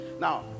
Now